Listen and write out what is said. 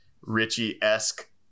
richie-esque